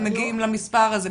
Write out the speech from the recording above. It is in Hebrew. מגיעים למספר הזה.